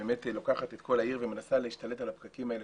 שבאמת לוקחת את כל העיר ומנסה להשתלט על הפקקים האלה,